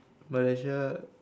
Malaysia